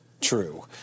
true